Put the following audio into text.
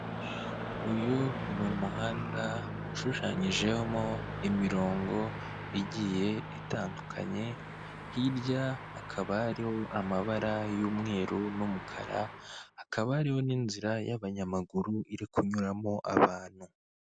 Uyu ni umuhanda ushushanyijemo imironko igiye itangukanye, hirya hakaba hariho amabara y'umweru n'umukara hakaba hariho n'inzira y'abanyamaguru iri kunyuramo abantu.